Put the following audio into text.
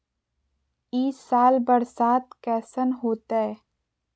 ई साल बरसात कैसन होतय?